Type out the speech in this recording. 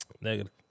Negative